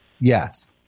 Yes